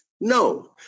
No